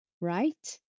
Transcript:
right